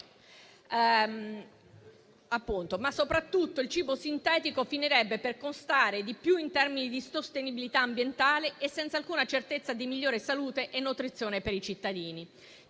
non avviene. Il cibo sintetico finirebbe per costare di più in termini di sostenibilità ambientale, senza alcuna certezza di migliore salute e nutrizione per i cittadini.